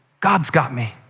god has got me.